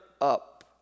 up